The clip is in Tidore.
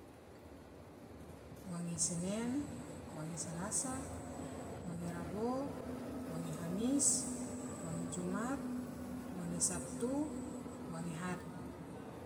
Wange senen, wange salasa, wange rabo, wange hamis, wange jumat, wange sabtu, wange had.